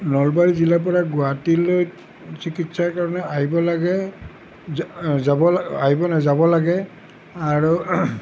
নলবাৰী জিলাৰ পৰা গুৱাহাটীলৈ চিকিৎসাৰ কাৰণে আহিব লাগে যা যাব লা আহিব নহয় যাব লাগে আৰু